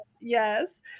Yes